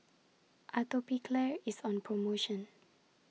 Atopiclair IS on promotion